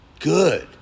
Good